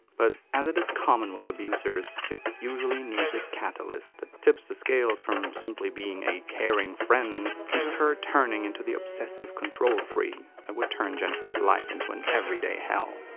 but as it is common with abusers, it usually needs a catalyst that tips the scales from simply being a caring friend into her turning into the obsessive control freak that would turn jennifer's life into an everyday hell.